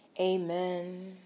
amen